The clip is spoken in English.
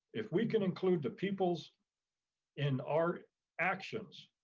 if we can include the peoples in our actions,